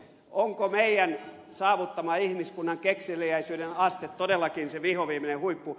onko meidän saavuttamamme ihmiskunnan kekseliäisyyden aste todellakin se vihoviimeinen huippu